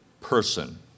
person